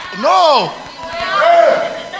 No